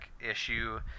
issue